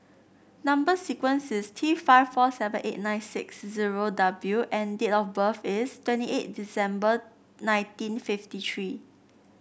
number sequence is T five four seven eight nine six zero W and date of birth is twenty eight December nineteen fifty tree